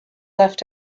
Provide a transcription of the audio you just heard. left